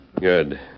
Good